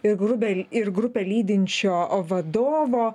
ir grubę ir grupę lydinčio vadovo